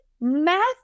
math